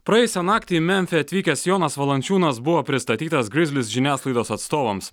praėjusią naktį į memfį atvykęs jonas valančiūnas buvo pristatytas grizlis žiniasklaidos atstovams